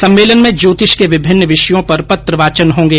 सम्मेलन में ज्योतिष के विभिन्न विषयों पर पत्र वाचन होंगे